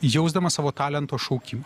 jausdamas savo talento šaukimą